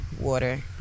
water